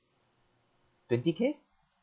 twenty k